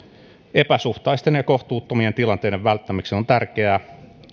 epäsuhtaisten ja kohtuuttomien tilanteiden välttämiseksi on tärkeää